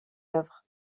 œuvres